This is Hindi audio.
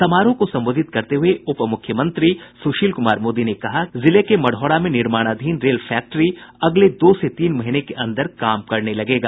समारोह को संबोधित करते हुए उप मुख्यमंत्री सुशील कुमार मोदी ने कहा कि जिले के मढ़ौरा में निर्माणाधीन रेल फैक्ट्री अगले दो से तीन महीने के अंदर काम करने लगेगा